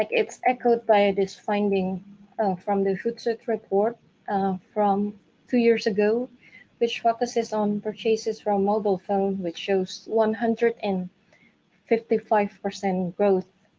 like it's echoed by ah this finding from the hootsuite report from few years ago which focuses on purchases from mobile phone which shows one hundred and fifty five percent growth.